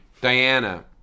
Diana